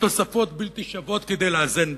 כתוספות בלתי שוות כדי לאזן ביניהן.